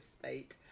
state